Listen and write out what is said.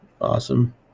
Awesome